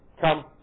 come